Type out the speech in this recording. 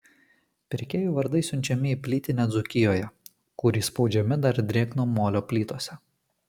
pirkėjų vardai siunčiami į plytinę dzūkijoje kur įspaudžiami dar drėgno molio plytose